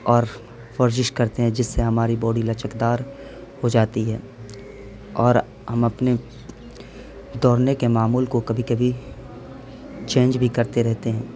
اور ورزش کرتے ہیں جس سے ہماری باڈی لچکدار ہو جاتی ہے اور ہم اپنے دورنے کے معمول کو کبھی کبھی چینج بھی کرتے رہتے ہیں